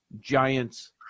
Giants